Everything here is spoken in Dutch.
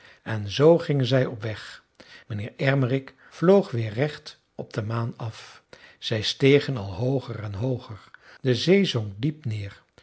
en zoo gingen zij op weg mijnheer ermerik vloog weer recht op de maan af zij stegen al hooger en hooger de zee zonk diep neer